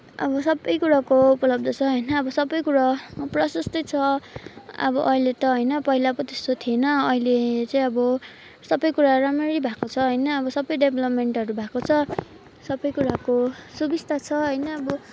अब सबै कुराको उपलब्ध छ होइन अब सबै कुरो प्रशस्तै छ अब अहिले त होइन पहिला पो त्यस्तो थिएन अहिले चाहिँ अब सबै कुराहरू राम्ररी भएको छ होइन सबै डेभलोपमेन्टहरू भएको छ सबै कुराको सुबिस्ता छ होइन अब